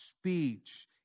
speech